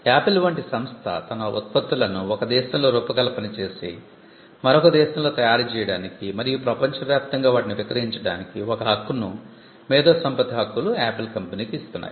apple వంటి సంస్థ తన ఉత్పత్తులను ఒక దేశంలో రూపకల్పన చేసి మరొక దేశంలో తయారు చేయడానికి మరియు ప్రపంచవ్యాప్తంగా వాటిని విక్రయించడానికి ఒక హక్కును మేధో సంపత్తి హక్కులు ఆపిల్ కంపెనీ కి ఇస్తున్నాయి